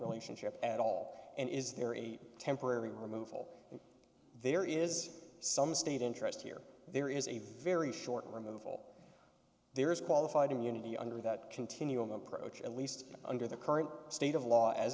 relationship at all and is there a temporary removal and there is some state interest here there is a very short removal there is qualified immunity under that continuum approach at least under the current state of law as